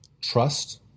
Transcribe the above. trust